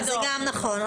נכון.